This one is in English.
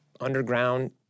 underground